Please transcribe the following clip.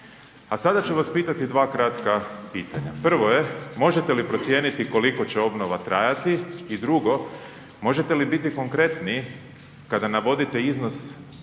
A sada ću vas pitati dva kratka pitanja. Prvo je možete li procijeniti koliko će obnova trajati i drugo možete li biti konkretniji kada navodite iznos odnosno